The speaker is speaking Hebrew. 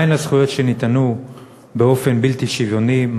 מה הן הזכויות שניתנו באופן בלתי שוויוני?